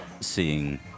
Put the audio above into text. seeing